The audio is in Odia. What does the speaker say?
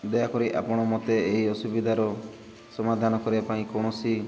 ଦୟାକରି ଆପଣ ମୋତେ ଏହି ଅସୁବିଧାର ସମାଧାନ କରିବା ପାଇଁ କୌଣସି